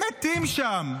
הם מתים שם,